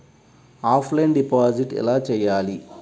Offline deposit ఎలా చేయాలి?